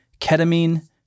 ketamine